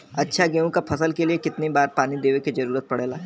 अच्छा गेहूँ क फसल के लिए कितना बार पानी देवे क जरूरत पड़ेला?